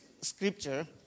scripture